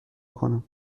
کنم